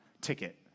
ticket